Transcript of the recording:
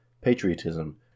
patriotism